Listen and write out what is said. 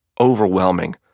overwhelming